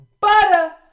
butter